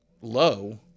low